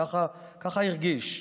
ככה ההרגשה,